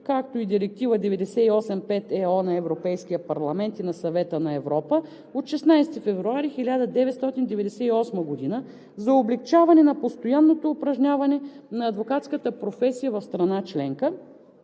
както и Директива 98/5 ЕО на Европейския парламент и на Съвета на Европа от 16 февруари 1998 г. за облекчаване на постоянното упражняване на адвокатската професия в страна членка,